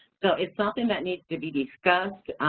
so it's something that needs to be discussed.